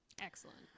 excellent